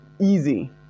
easy